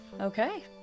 okay